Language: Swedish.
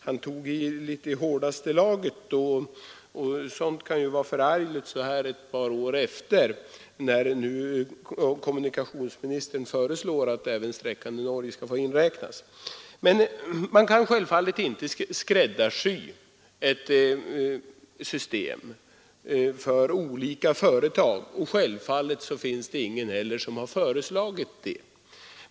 Han tog till i hårdaste laget då, och sådant kan ju vara förargligt så här ett par år efteråt, när nu kommunikationsministern föreslår att även sträckor i Norge skall få inräknas. Men man kan inte skräddarsy ett system för olika företag, och självfallet har heller ingen föreslagit det.